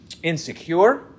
insecure